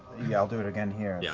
yeah, i'll do it again here. yeah